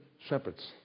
shepherds